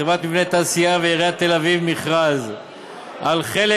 חברת "מבני תעשייה" ועיריית תל-אביב מכרז על חלק